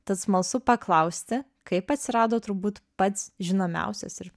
tad smalsu paklausti kaip atsirado turbūt pats žinomiausias ir